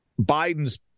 Biden's